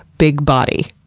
big body'.